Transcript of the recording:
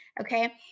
Okay